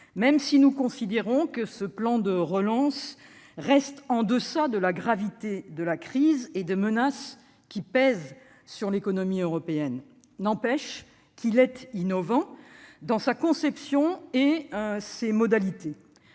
Même si nous considérons que le plan de relance reste en deçà de la gravité de la crise et des menaces pesant sur l'économie européenne, il n'empêche qu'il innove, dans sa conception comme dans ses modalités.